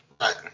Right